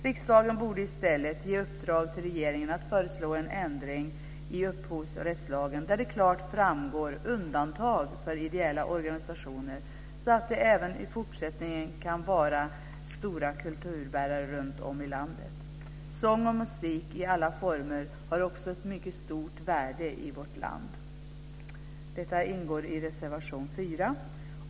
Riksdagen borde i stället ge i uppdrag till regeringen att föreslå en ändring i upphovsrättslagen där det klart framgår undantag för ideella organisationer, så att de även i fortsättningen kan vara stora kulturbärare runtom i landet. Sång och musik i alla former har också ett mycket stort värde i vårt land. Detta tas upp i reservation 4.